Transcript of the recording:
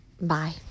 Bye